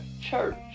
church